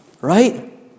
right